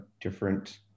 different